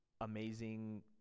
amazing